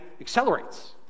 accelerates